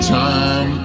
time